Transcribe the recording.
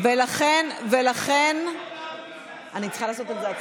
מעמד האישה זה שוויון מגדרי.